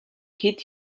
хэд